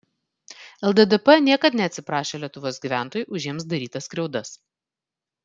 lddp niekad neatsiprašė lietuvos gyventojų už jiems darytas skriaudas